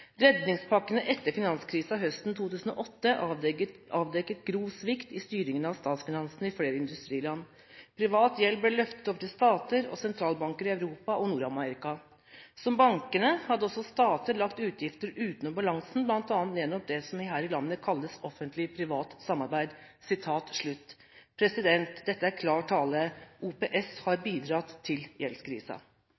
etter finanskrisen høsten 2008 avdekket grov svikt i styringen av statsfinansene i flere industriland. Privat gjeld ble løftet over til stater og sentralbanker i Europa og Nord-Amerika. Som bankene, hadde også stater lagt utgifter utenom balansen blant annet gjennom det som her i landet kalles offentlig privat samarbeid.» Til debatten om omorganiseringer, statsforetak og konkurranseutsetting: Det er